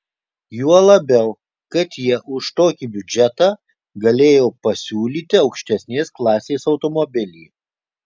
juo labiau kad jie už tokį biudžetą galėjo pasiūlyti aukštesnės klasės automobilį